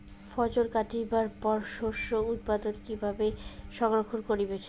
ফছল কাটিবার পর শস্য উৎপাদন কিভাবে সংরক্ষণ করিবেন?